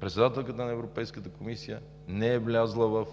председателката на Европейската комисия не е влязла във